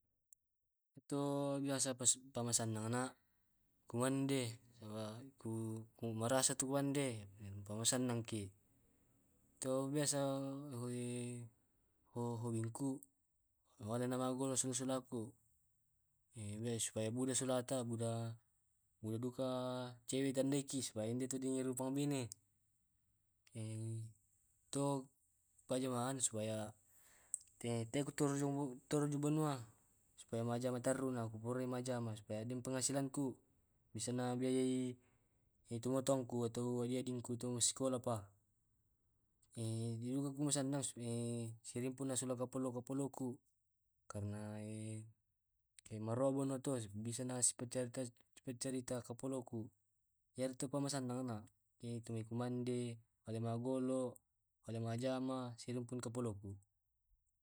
Yamtu biasa pasu pamasan nana kumande saba ku ku marasa tumande pa masannangki. To biasa na ho hobingku laona magolo silong sola solaku supaya buda sulata buda duka cewek tandaiki supaya ende rupang tu mabene. To pajamanenni supaya tea tu tu turu turu ja banua supaya majama tarruna ku purai majama supada den penghasilanku. Bisa na biayai tomatuangku atau ading adingku massikola pa. Didukaki masannang supaya, sirimpunna subawa si polopoloku karna marobona tu bisana si pacarita carita kapoloku. Iyana itu pumasannanga iyatu kumande, ale maggolo, ale majjama, silong kapoloku.